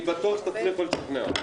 הישיבה נעולה.